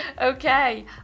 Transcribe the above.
okay